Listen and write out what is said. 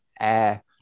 Air